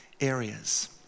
areas